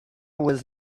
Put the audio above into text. was